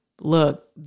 look